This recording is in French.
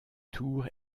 tours